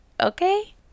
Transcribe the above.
okay